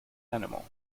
animal